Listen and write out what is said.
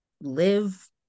live